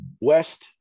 West